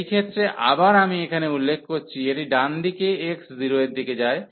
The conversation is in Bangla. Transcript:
এই ক্ষেত্রে আবার আমি এখানে উল্লেখ করছি এটি ডান দিকে x 0 এর দিকে যায়